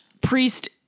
Priest